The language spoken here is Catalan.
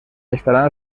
estaran